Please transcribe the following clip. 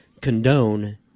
condone